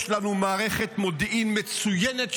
יש לנו מערכת מודיעין מצוינת,